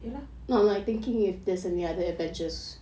ye lah